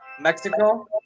Mexico